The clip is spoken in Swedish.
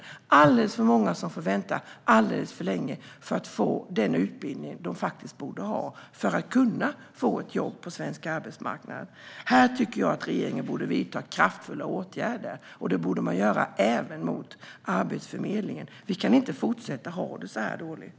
Det är alldeles för många som får vänta alldeles för länge på att få den utbildning som de faktiskt borde ha för att kunna få ett jobb på svensk arbetsmarknad. Här tycker jag att regeringen borde vidta kraftfulla åtgärder, och det borde man göra även när det gäller Arbetsförmedlingen. Vi kan inte fortsätta att ha det så här dåligt.